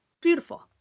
Beautiful